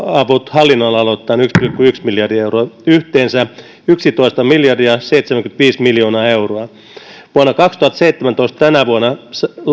hallinnonaloittain yksi pilkku yksi miljardia euroa yhteensä yksitoista miljardia seitsemänkymmentäviisi miljoonaa euroa vuonna kaksituhattaseitsemäntoista tänä vuonna